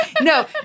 no